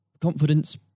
confidence